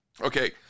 Okay